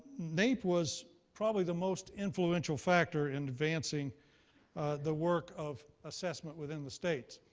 naep was probably the most influential factor in advancing the work of assessment within the states.